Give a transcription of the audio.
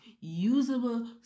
usable